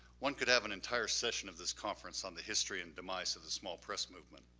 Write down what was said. one could have an entire session of this conference on the history and demise of the small press movement.